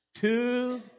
two